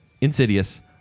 Insidious